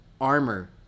armor